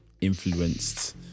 influenced